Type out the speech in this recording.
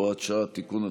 הוראת שעה) (תיקון),